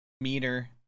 meter